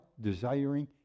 desiring